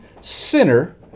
sinner